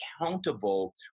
accountable